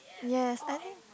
yes I think